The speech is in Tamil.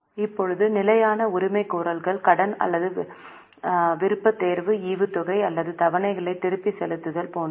இப்போது நிலையான உரிமைகோரல்கள் கடன் அல்லது விருப்பத்தேர்வு ஈவுத்தொகை அல்லது தவணைகளை திருப்பிச் செலுத்துதல் போன்றவை